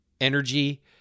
energy